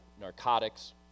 narcotics